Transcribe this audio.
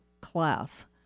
class